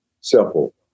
Simple